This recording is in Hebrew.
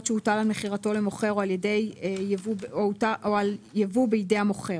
שהוטל על מכירתו למוכר או על ייבוא בידי המוכר,